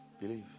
believe